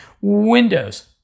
windows